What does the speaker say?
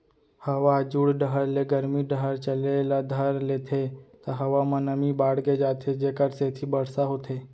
हवा ह जुड़ डहर ले गरमी डहर चले ल धर लेथे त हवा म नमी बाड़गे जाथे जेकर सेती बरसा होथे